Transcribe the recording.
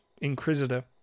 Inquisitor